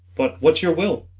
but what's your will?